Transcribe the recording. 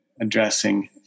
addressing